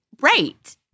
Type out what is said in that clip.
Right